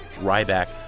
Ryback